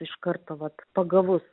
iš karto vat pagavus